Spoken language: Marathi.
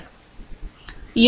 संदर्भ वेळ 1047